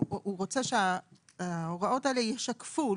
הוא רוצה שההוראות האלה ישקפו,